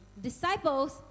disciples